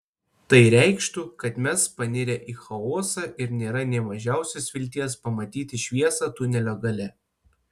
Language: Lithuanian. tai reikštų kad mes panirę į chaosą ir nėra nė mažiausios vilties pamatyti šviesą tunelio gale